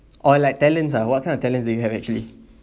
or like talents ah what kind of talents do you have actually